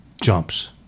jumps